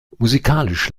musikalisch